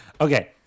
Okay